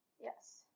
Yes